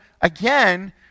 again